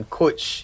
coach